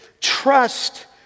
trust